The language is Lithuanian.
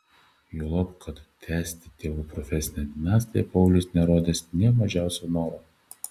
juolab kad tęsti tėvų profesinę dinastiją paulius nerodęs nė mažiausio noro